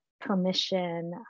permission